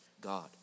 God